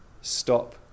Stop